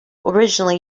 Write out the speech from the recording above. originally